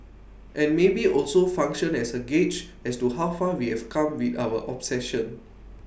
and maybe also function as A gauge as to how far we have come with our obsession